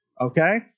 Okay